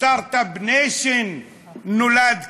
"סטרט-אפ ניישן" נולד כאן,